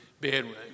bedroom